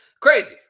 Crazy